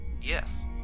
Yes